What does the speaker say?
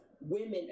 women